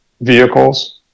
vehicles